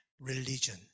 religion